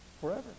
forever